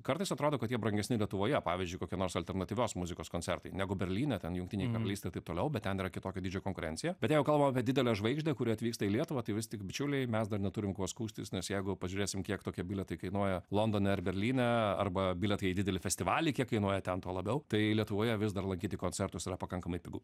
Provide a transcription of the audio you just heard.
kartais atrodo kad jie brangesni lietuvoje pavyzdžiui kokie nors alternatyvios muzikos koncertai negu berlyne ten jungtinėj karalystėj ir taip toliau bet ten yra kitokio dydžio konkurencija bet jeigu kalbam apie didelę žvaigždę kuri atvyksta į lietuvą tai vis tik bičiuliai mes dar neturim kuo skųstis nes jeigu pažiūrėsim kiek tokie bilietai kainuoja londone ar berlyne arba bilietai į didelį festivalį kiek kainuoja ten tuo labiau tai lietuvoje vis dar lankyti koncertus yra pakankamai pigu